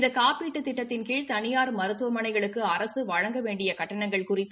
இந்த காப்பீட்டுத் திட்டத்தின் கீழ் தனியார் மருத்துவமனைகளுக்கு அரசு வழங்க வேண்டிய கட்டணங்கள் குறித்து